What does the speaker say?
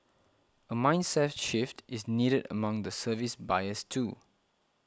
a mindset shift is needed among the service buyers too